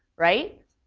right?